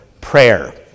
prayer